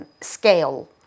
scale